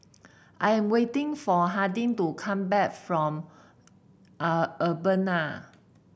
I am waiting for Harding to come back from Urbana